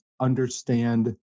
understand